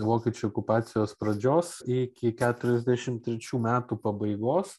vokiečių okupacijos pradžios iki keturiasdešim trečių metų pabaigos